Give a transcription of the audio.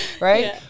Right